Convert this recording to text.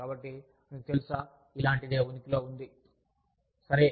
కాబట్టి మీకు తెలుసా ఇలాంటిదే ఉనికిలో ఉంది సరే